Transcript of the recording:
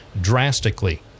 drastically